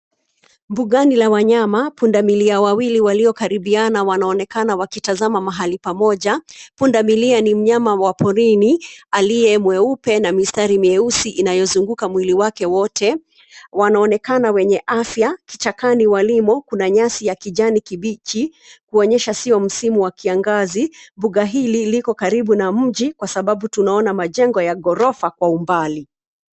Mbugani la wanyama, pundamili wawili waliokaribiana wanaonekana wakitazama Mahali pamoja, pundamilia ni mnyama wa porini aliye mweupe na mistari mieusi inayozunguka mwili wake wote, wanaonekana wenye wafya, kichakani walimo kuna nyasi ya kijani kibichi kuonyesha sio msimu wa kiangazi. Mbuga hili liko karibu na mji sabahu tunaona majengo ya ghorofa kwa umbali.